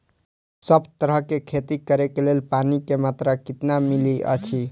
सब तरहक के खेती करे के लेल पानी के मात्रा कितना मिली अछि?